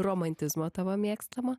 romantizmo tavo mėgstamo